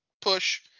push